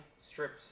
Strips